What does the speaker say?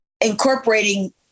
incorporating